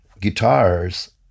guitars